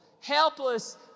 helpless